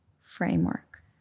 framework